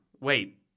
wait